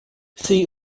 see